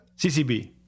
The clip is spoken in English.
ccb